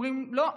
אומרים: לא,